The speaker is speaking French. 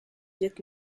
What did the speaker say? viêt